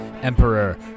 Emperor